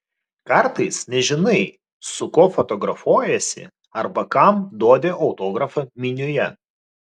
kartais nežinai su kuo fotografuojiesi arba kam duodi autografą minioje